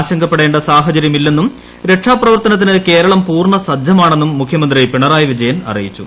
ആശങ്കപ്പെടേണ്ട ജല സാഹചര്യമില്ലെന്നും രക്ഷാപ്രവർത്തനത്തിന് കേരളം പൂർണ്ണ സജ്ജമാണെന്നും മുഖ്യമന്ത്രി പിണറായി വിജയൻ അറിയിച്ചു